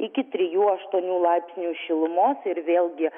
iki trijų aštuonių laipsnių šilumos ir vėl gi